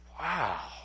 wow